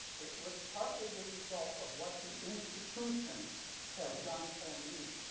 it was partly the result of what the institution had done for me,